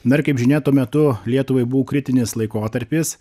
na ir kaip žinia tuo metu lietuvai buvo kritinis laikotarpis